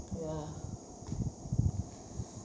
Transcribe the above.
ya